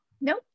Nope